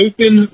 Open